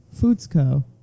Foodsco